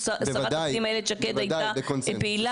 זו וועדה שדנה במיזמים